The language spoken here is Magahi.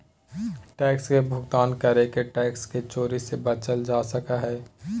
टैक्स के भुगतान करके टैक्स के चोरी से बचल जा सको हय